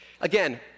again